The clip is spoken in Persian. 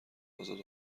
ازاد